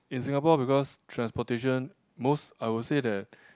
in Singapore because transportation most I will say that